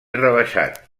rebaixat